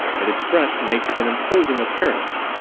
and its front makes an imposing appearance,